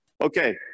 Okay